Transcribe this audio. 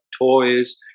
toys